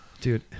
dude